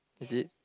is it